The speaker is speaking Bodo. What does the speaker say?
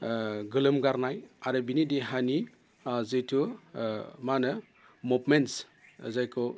गोलोम गारनाय आरो बिनि देहानि जिथु मा होनो मुभमेन्टस जायखौ